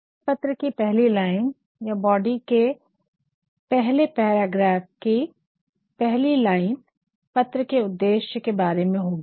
आपके पत्र की पहली लाइन या बॉडी के पहले पैराग्राफ की पहली लाइन पत्र के उद्देश्य के बारे में होगी